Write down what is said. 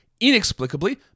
inexplicably